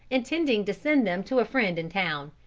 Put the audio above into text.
intending to send them to a friend in town.